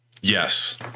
Yes